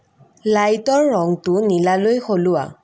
লাইটৰ ৰংটো নীলালৈ সলোৱা